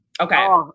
Okay